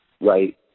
right